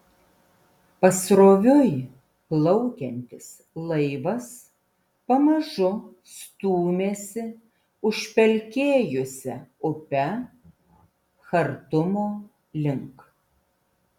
pasroviui plaukiantis laivas pamažu stūmėsi užpelkėjusia upe chartumo link